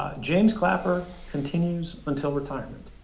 james clapper continues until retirement.